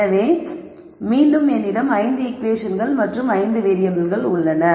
எனவே மீண்டும் என்னிடம் 5 ஈகுவேஷன்கள் மற்றும் 5 வேறியபிள்கள் உள்ளன